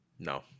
No